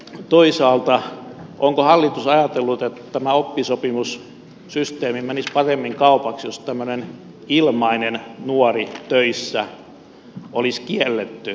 toisaalta onko hallitus ajatellut että tämä oppisopimussysteemi menisi paremmin kaupaksi jos tämmöinen ilmainen nuori töissä olisi kiellettyä